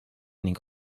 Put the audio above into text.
ning